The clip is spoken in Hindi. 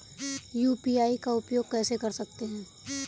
यू.पी.आई का उपयोग कैसे कर सकते हैं?